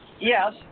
yes